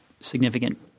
significant